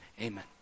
amen